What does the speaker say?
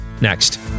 next